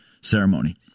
ceremony